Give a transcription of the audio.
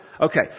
Okay